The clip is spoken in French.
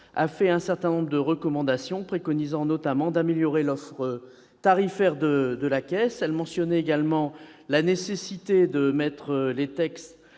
a formulé un certain nombre de recommandations, préconisant notamment d'améliorer l'offre tarifaire de la Caisse. Elle mentionnait également la nécessité de mettre les textes